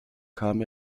kam